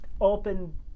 open